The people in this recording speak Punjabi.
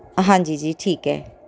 ਹਾਂਜੀ ਜੀ ਠੀਕ ਹੈ